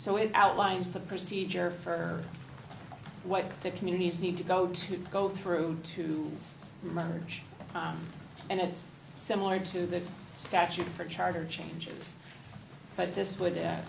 so it outlines the procedure for what the communities need to go to go through to munge and it's similar to that statute for charter changes but this would